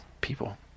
people